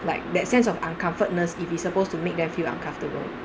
like that sense of uncomfort-ness if it's supposed to make them feel uncomfortable